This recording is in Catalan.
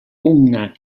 una